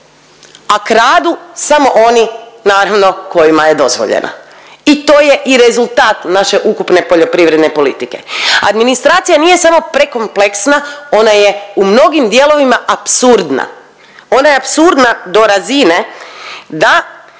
a kradu samo oni naravno kojima je dozvoljeno i to je i rezultat naše ukupne poljoprivredne politike. Administracija nije samo prekompleksna, ona je u mnogim dijelovima apsurdna, ona je apsurdna do razine da